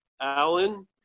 Alan